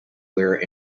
where